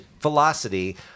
velocity